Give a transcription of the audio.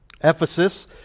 Ephesus